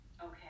okay